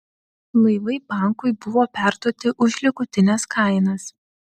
laivai bankui buvo perduoti už likutines kainas